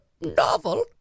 novel